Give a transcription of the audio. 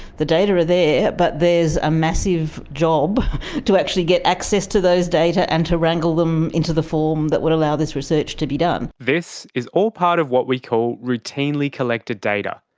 the data are there. but there's a massive job to actually get access to those data and to wrangle them into the form that would allow this research to be done. this is all part of what we call routinely collected data.